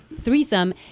threesome